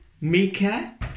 Mika